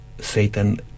Satan